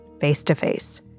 face-to-face